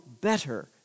better